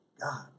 God